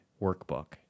workbook